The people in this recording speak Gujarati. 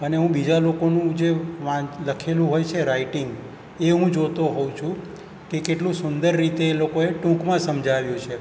અને હું બીજા લોકોનું જે લખેલું હોય છે રાઇટિંગ એ હું જોતો હોઉં છું કે કેટલું સુંદર રીતે એ લોકોએ ટૂંકમાં સમજાવ્યું છે